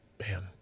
man